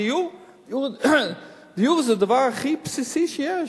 דיור זה דבר הכי בסיסי שיש,